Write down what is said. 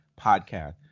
Podcast